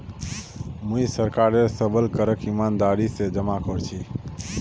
मुई सरकारेर सबल करक ईमानदारी स जमा कर छी